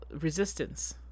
resistance